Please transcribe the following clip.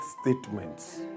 statements